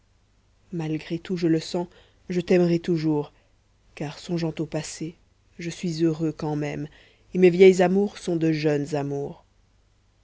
malgré tout je le sens je t'aimerai toujours car songeant au passé je suis heureux quand même et mes vieilles amours sont de jeunes amours